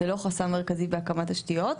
זה לא חסם מרכזי בהקמת תשתיות.